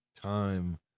Time